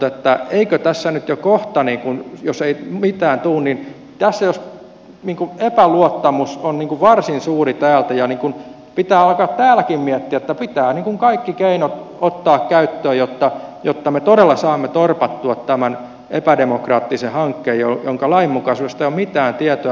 mutta jos tässä ei kohta mitään tule niin epäluottamus on varsin suuri täältä ja pitää alkaa täälläkin miettiä että pitää kaikki keinot ottaa käyttöön jotta me todella saamme torpattua tämän epädemokraattisen hankkeen jonka lainmukaisuudesta ei ole mitään tietoa